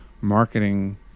marketing